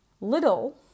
little